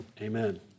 Amen